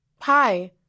hi